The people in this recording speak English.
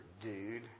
dude